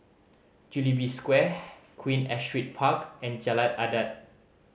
Jubilee Square Queen Astrid Park and Jalan Adat